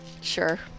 Sure